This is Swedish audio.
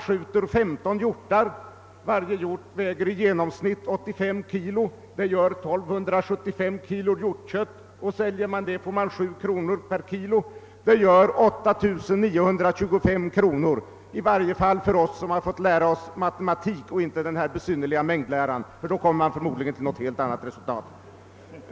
7 kronor eller sammanlagt 8 925 kronor — i varje fall för oss som fått lära oss matematik och inte den här besynnerliga mängdläran, för då kommer man förmodligen till ett helt annat resultat.